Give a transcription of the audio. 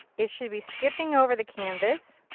it should be skipping over the canvas.